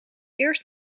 eerst